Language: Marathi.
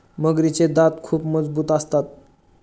मगरीचे दात खूप मजबूत असतात